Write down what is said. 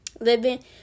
living